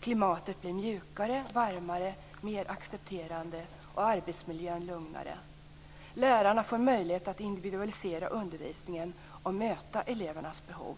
Klimatet blir mjukare, varmare, mer accepterande, och arbetsmiljön blir lugnare. Lärarna får möjlighet att individualisera undervisningen och möta elevernas behov.